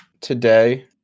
today